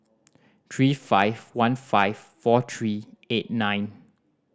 three five one five four three eight nine